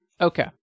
Okay